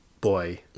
boy